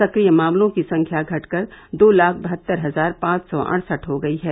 सक्रिय मामलों की संख्या घट कर दो लाख बहत्तर हजार पांच सौ अड़सठ हो गयी है